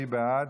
מי בעד?